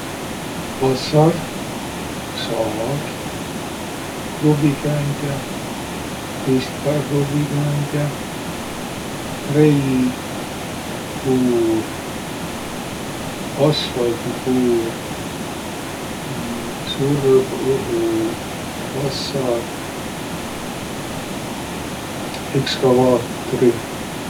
Vassar, saag, kruvvikäändjä, ristpääkruvvikäändjä, trell, puur, asfaldipuur, surbõhuvassar, ekskavaatri.